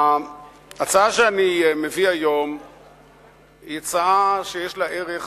ההצעה שאני מביא היום היא הצעה שיש לה ערך